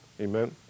Amen